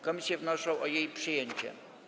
Komisje wnoszą o jej przyjęcie.